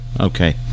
Okay